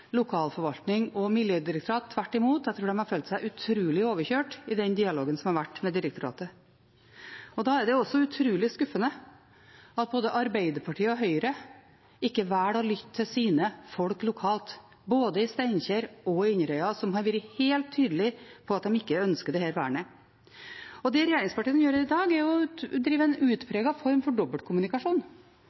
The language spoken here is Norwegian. lokalforvaltning og Miljødirektoratet – tvert imot, jeg tror de har følt seg utrolig overkjørt i dialogen med direktoratet. Da er det utrolig skuffende at både Arbeiderpartiet og Høyre velger ikke å lytte til sine folk lokalt, verken i Steinkjer eller i Inderøy, som har vært helt tydelige på at de ikke ønsker dette vernet. Det regjeringspartiene gjør i dag, er å drive en utpreget form for dobbeltkommunikasjon.